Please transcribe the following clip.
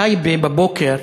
טייבה בבוקר,